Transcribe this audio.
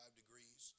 degrees